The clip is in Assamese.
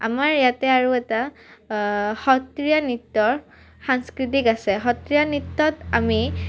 আমাৰ ইয়াতে আৰু এটা সত্ৰীয়া নৃত্যৰ সাংস্কৃতিক আছে সত্ৰীয়া নৃত্যত আমি